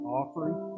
offering